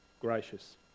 gracious